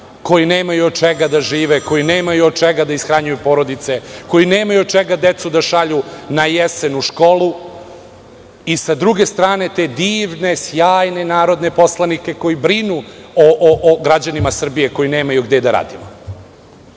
koji nemaju od čega da žive, koji nemaju od čega da ishranjuju porodice, koji nemaju od čega decu da šalju na jesen u školu i, s druge strane, te divne, sjajne narodne poslanike koji brinu o građanima Srbije koji nemaju gde da rade. Hajde